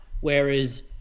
Whereas